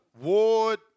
Ward